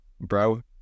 bro